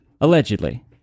allegedly